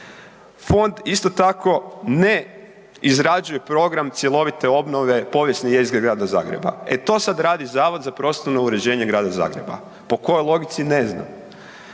Fond isto tako ne izrađuje program cjelovite obnove povijesne jezgre Grada Zagreba. E to sad radi Zavod za prostorno uređenje Grada Zagreba. Po kojoj logici, ne znam.